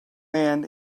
man